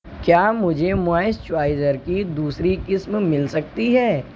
کیا مجھے موائسچرائزر کی دوسری قسم مِل سکتی ہے